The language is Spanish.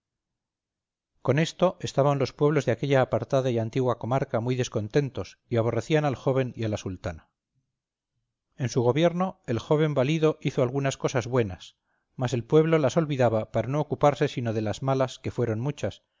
con esto estaban los pueblos de aquella apartada y antigua comarca muy descontentos y aborrecían al joven y a la sultana en su gobierno el joven valido hizo algunas cosas buenas mas el pueblo las olvidaba para no ocuparse sino de las malas que fueron muchas